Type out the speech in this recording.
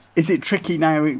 is it tricky now,